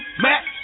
Mac